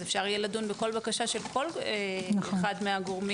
אז אפשר יהיה לדון בכל בקשה של כל אחד מהגורמים.